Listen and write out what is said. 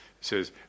says